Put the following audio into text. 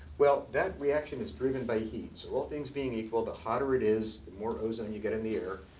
well that reaction is driven by heat. so, all things being equal, the hotter it is the more ozone you get in the air.